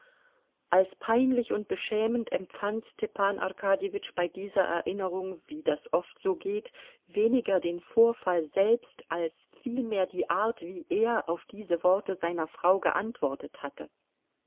als peinlich und beschämend empfand stepan arkadjewitsch bei dieser erinnerung wie das oft so geht weniger den vorfall selbst als vielmehr die art wie er auf diese worte seiner frau geantwortet hatte